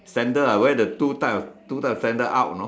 sandal ah wear the two type of two type of sandal out you know